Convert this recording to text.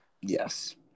Yes